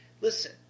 Listen